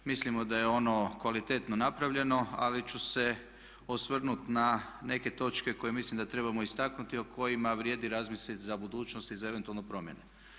Mislimo da je ono kvalitetno napravljeno ali ću se osvrnut na neke točke koje mislim da trebamo istaknuti o kojima vrijedi razmisliti za budućnost i za eventualne promjene.